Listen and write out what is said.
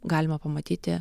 galima pamatyti